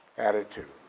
attitude.